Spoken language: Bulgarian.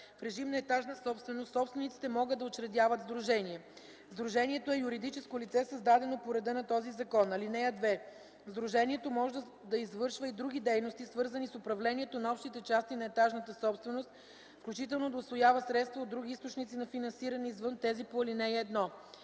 в режим на етажна собственост собствениците могат да учредят сдружение. Сдружението е юридическо лице, създадено по реда на този закон. (2) Сдружението може да извършва и други дейности, свързани с управлението на общите части на етажната собственост, включително да усвоява средства от други източници на финансиране, извън тези по ал. 1.